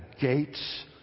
gates